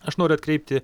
aš noriu atkreipti